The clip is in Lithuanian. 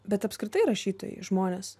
bet apskritai rašytojai žmonės